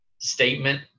statement